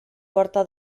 porta